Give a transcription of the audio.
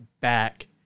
back